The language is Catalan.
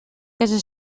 casa